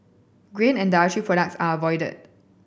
grain and products are avoided